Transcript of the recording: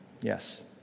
Yes